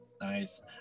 Nice